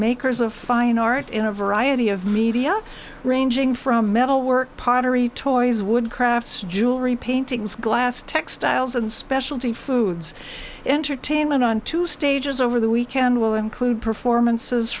makers of fine art in a variety of media ranging from metal work pottery toys wood crafts jewelry paintings glass textiles and specialty foods entertainment on two stages over the weekend will include performances